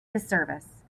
disservice